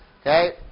Okay